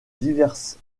diverses